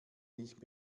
nicht